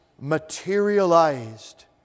materialized